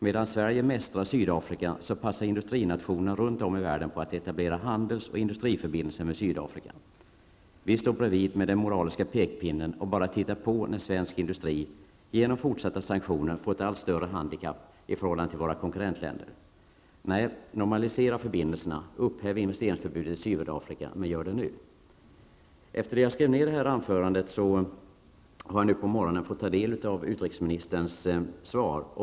Medan Sverige mästrar Sydafrika, passar industrinationerna runt om i världen på att etablera handels och industriförbindelser med Sydafrika. Vi står bredvid med den moraliska pekpinnen och bara tittar på när svensk industri -- genom fortsatta sanktioner -- får ett allt större handikapp i förhållande till våra konkurrentländer. Nej, normalisera förbindelserna. Upphäv det svenska förbudet att investera i Sydafrika. Men gör det nu. Efter det att jag skrev mitt anförande har jag fått del av utrikesministerns svar.